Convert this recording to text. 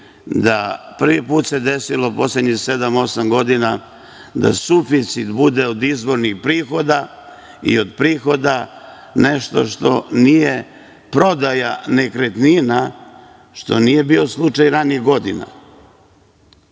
da prvi put se desilo u poslednjih sedam, osam, godina da suficit bude od izvornih prihoda, i od prihoda, nešto što nije prodaja nekretnina, što nije bio slučaj ranijih